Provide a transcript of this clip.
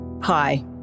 Hi